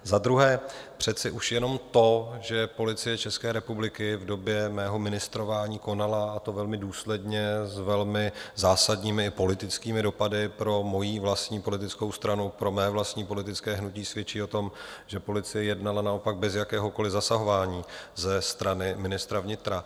Za druhé, přece už jenom to, že Policie České republiky v době mého ministrování konala, a to velmi důsledně s velmi zásadními politickými dopady pro mojí vlastní politickou stranu, pro mé vlastní politické hnutí, svědčí o tom, že policie jednala naopak bez jakéhokoliv zasahování ze strany ministra vnitra.